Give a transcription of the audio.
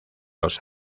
los